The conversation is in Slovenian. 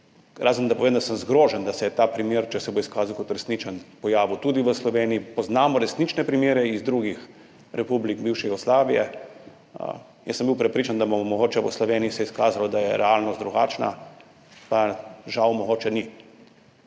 razen da povem, da sem zgrožen, da se je ta primer, če se bo izkazal kot resničen, pojavil tudi v Sloveniji. Poznamo resnične primere iz drugih republik bivše Jugoslavije. Jaz sem bil prepričan, da se bo mogoče v Sloveniji izkazalo, da je realnost drugačna, pa žal mogoče ni.